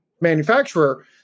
manufacturer